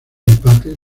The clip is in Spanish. empate